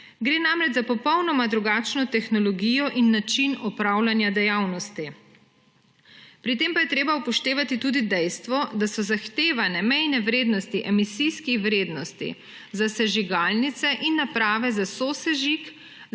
Gre namreč za popolnoma drugačno tehnologijo in način opravljanja dejavnosti. Pri tem pa je treba upoštevati tudi dejstvo, da so zahtevane mejne vrednosti emisijskih vrednosti za sežigalnice in naprave za sosežig